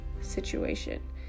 situation